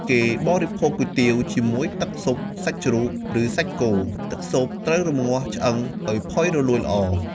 គេបរិភោគគុយទាវជាមួយទឹកស៊ុបសាច់ជ្រូក ឬសាច់គោ ទឹកស៊ុបត្រូវរម្ងាស់ឆ្អឹងឲ្យផុយរលួយល្អ។